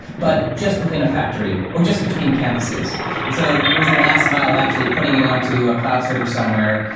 but just within a factory, or just between campuses and so it was the last mile of actually putting it onto a cloud server somewhere,